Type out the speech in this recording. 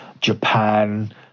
Japan